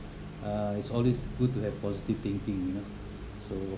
uh it's always good to have positive thinking you know so